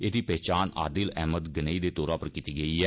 एह्दी पन्छान आदिल अहमद गेनेई दे तौरा पर कीती गेई ऐ